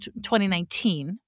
2019